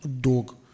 Dog